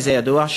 וזה ידוע,